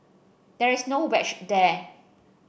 there is no wedge there